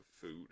food